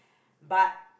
but